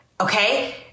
Okay